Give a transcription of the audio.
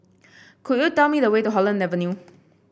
could you tell me the way to Holland Avenue